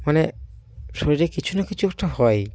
মানে শরীরে কিছু না কিছু একটা হয়ই